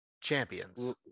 champions